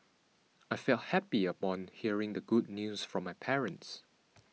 I felt happy upon hearing the good news from my parents